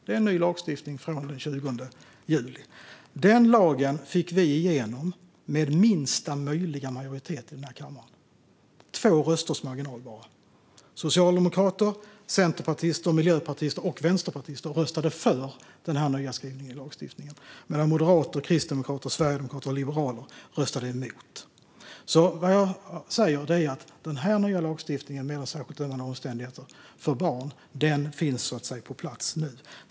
Den lagen fick vi igenom i den här kammaren med minsta möjliga majoritet - bara två rösters marginal. Socialdemokrater, centerpartister, miljöpartister och vänsterpartister röstade för den nya skrivningen i lagstiftningen, medan moderater, kristdemokrater, sverigedemokrater och liberaler röstade emot. Den här nya lagstiftningen gällande särskilt ömmande omständigheter för barn finns på plats nu.